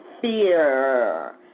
fear